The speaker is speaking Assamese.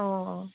অঁ